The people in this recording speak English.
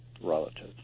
relatives